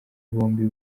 bombi